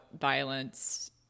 violence